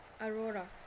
Aurora